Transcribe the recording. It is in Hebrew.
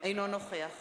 אינו נוכח